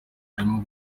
arimo